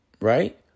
right